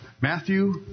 Matthew